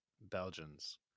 Belgians